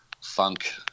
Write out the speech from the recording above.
funk